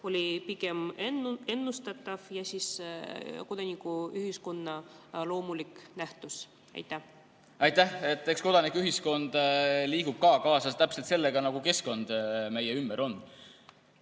pigem ennustatav ja kodanikuühiskonna loomulik nähtus? Aitäh! Eks kodanikuühiskond liigub ka kaasa täpselt sellega, mis keskkonnas meie ümber on.